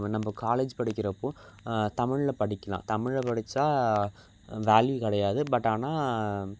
வ நம்ம காலேஜ் படிக்கிறப்போது தமிழில் படிக்கலாம் தமிழில் படித்தா வேல்யூ கிடையாது பட் ஆனால்